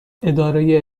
اداره